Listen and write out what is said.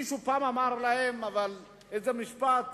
מישהו פעם אמר להם איזה משפט